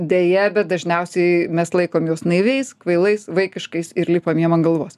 deja bet dažniausiai mes laikom juos naiviais kvailais vaikiškais ir lipam jiem ant galvos